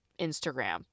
Instagram